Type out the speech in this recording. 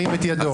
ירים את ידו.